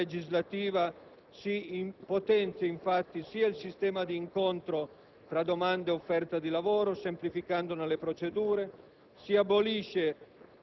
Attraverso la delega legislativa si potenzia, infatti, il sistema d'incontro tra domanda e offerta di lavoro semplificandone le procedure